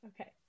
Okay